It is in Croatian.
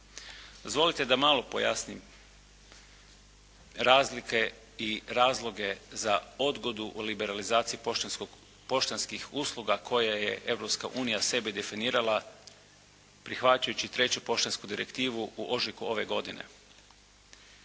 Dozvolite da malo pojasnim razlike i razloge za odgodu u liberalizaciji poštanskih usluga koje je Europska unije sebe definirala prihvaćajući treću poštansku direktivu u ožujku ove godine.